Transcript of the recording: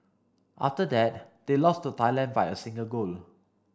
after that they lost to Thailand by a single goal